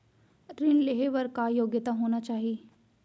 ऋण लेहे बर का योग्यता होना चाही?